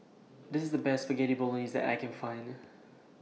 This IS The Best Spaghetti Bolognese that I Can Find